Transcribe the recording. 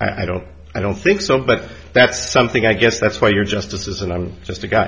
i don't i don't think so but that's something i guess that's why your justices and i'm just a guy